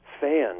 fans